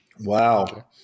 Wow